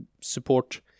support